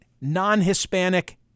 non-Hispanic